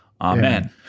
Amen